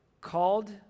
called